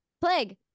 plague